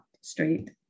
straight